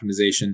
optimization